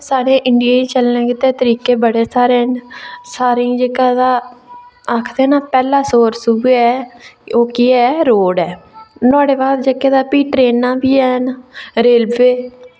साढ़े इंडिया च चलने गितै तरीके बड़े सारे न सारें ई जेह्का तां आखदे न पैह्ला सोर्स उ'ऐ कि ओह् केह् ऐ रोड़ ऐ नुहाड़े बाद जेह्का तां भी ट्रेनां बी हैन रेलवे